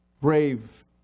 brave